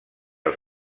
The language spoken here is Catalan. els